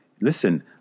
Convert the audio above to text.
listen